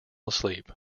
asleep